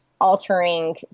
altering